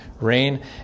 Rain